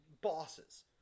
bosses